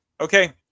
okay